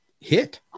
hit